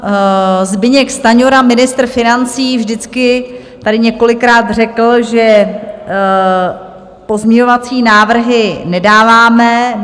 Pan Zbyněk Stanjura, ministr financí, vždycky tady několikrát řekl, že pozměňovací návrhy nedáváme.